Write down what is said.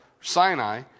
Sinai